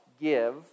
give